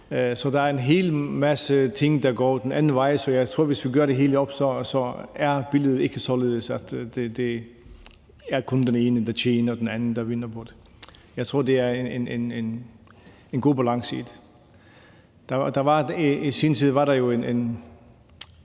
Så der er en hel masse ting, der går den anden vej. Så jeg tror, at hvis vi gør det hele op, er billedet ikke således, at det kun er den ene, der taber, og den anden, der vinder på det. Jeg tror, der er en god balance i det. I sin tid var